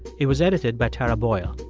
it was edited by tara boyle.